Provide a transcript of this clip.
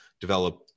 develop